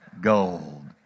gold